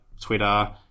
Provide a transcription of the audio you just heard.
Twitter